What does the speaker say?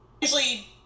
Usually